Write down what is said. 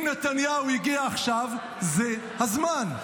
אם נתניהו הגיע עכשיו, זה הזמן.